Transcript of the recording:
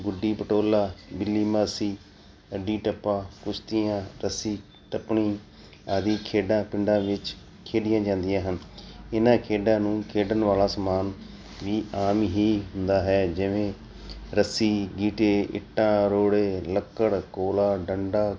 ਗੁੱਡੀ ਪਟੋਲਾ ਬਿੱਲੀ ਮਾਸੀ ਅੱਡੀ ਟੱਪਾ ਕੁਸ਼ਤੀਆਂ ਰੱਸੀ ਟੱਪਣੀ ਆਦਿ ਖੇਡਾਂ ਪਿੰਡਾਂ ਵਿੱਚ ਖੇਡੀਆਂ ਜਾਂਦੀਆਂ ਹਨ ਇਹਨਾਂ ਖੇਡਾਂ ਨੂੰ ਖੇਡਣ ਵਾਲਾ ਸਮਾਨ ਵੀ ਆਮ ਹੀ ਹੁੰਦਾ ਹੈ ਜਿਵੇਂ ਰੱਸੀ ਗੀਟੇ ਇੱਟਾਂ ਰੋੜੇ ਲੱਕੜ ਕੋਲਾ ਡੰਡਾ